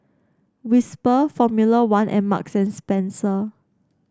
Whisper Formula One and Marks and Spencer